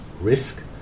risk